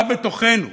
מה בתוכנו?